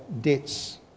debts